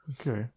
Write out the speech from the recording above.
Okay